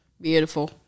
Beautiful